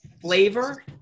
flavor